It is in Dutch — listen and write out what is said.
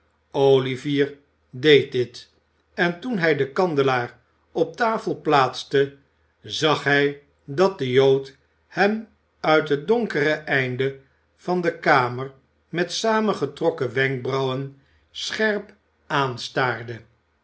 olivier deed dit en toen hij den kandelaar op de tafel plaatste zag hij dat de jood hem uit het donkere einde van de kamer met saamgetrokkene wenkbrauwen scherp aanstaarde